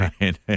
Right